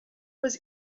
was